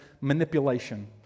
manipulation